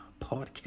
Podcast